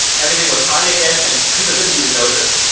everything was fine again and people didn't even notice.